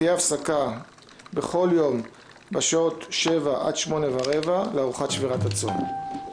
תהיה הפסקה בכל יום משעה 19:00 עד 20:15 לארוחת שבירת הצום.